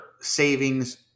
savings